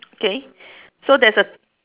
okay so there's a